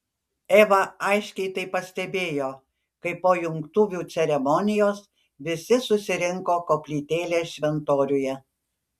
eva aiškiai tai pastebėjo kai po jungtuvių ceremonijos visi susirinko koplytėlės šventoriuje